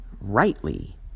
rightly